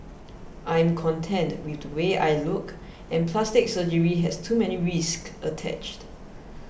I am content with the way I look and plastic surgery has too many risk attached